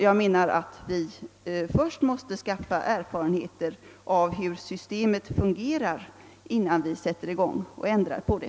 Jag anser att vi först måste skaffa erfarenhet av hur systemet fungerar innan vi sätter i gång med att ändra på det.